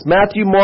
Matthew